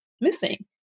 missing